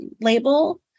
label